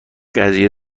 قضیه